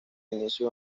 inicio